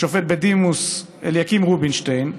השופט בדימוס אליקים רובינשטיין.